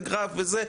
איזה גרף וזה,